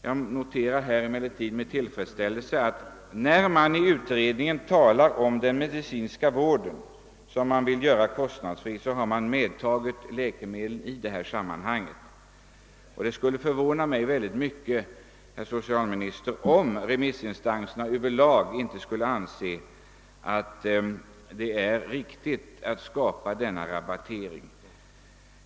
Jag noterar emellertid här med tillfredsställelse, att när man i utredningen talar om den medicinska vården, som man vill göra kostnadsfri, så har man medtagit läkemedlen. Det skulle förvåna mig mycket, herr socialminister, om remissinstanserna över lag inte skulle anse att det är riktigt att skapa denna rabattering.